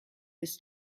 his